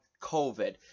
COVID